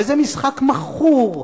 וזה משחק מכור,